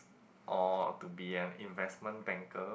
or to be an investment banker